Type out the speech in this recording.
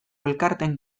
elkarteen